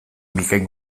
bikain